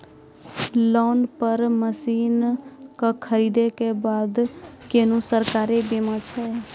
Loan पर मसीनऽक खरीद के बाद कुनू सरकारी बीमा छै?